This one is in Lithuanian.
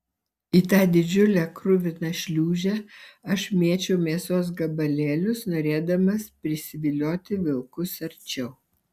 į tą didžiulę kruviną šliūžę aš mėčiau mėsos gabalėlius norėdamas prisivilioti vilkus arčiau